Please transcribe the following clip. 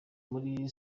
kuri